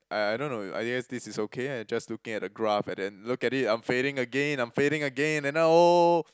I I don't know I guess this is okay I just looking at the graph and then look at it I'm fading again I'm fading again and now oh